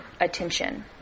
attention